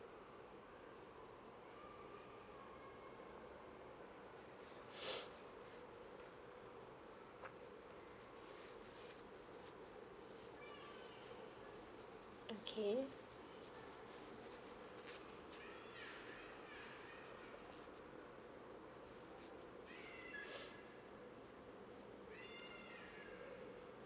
okay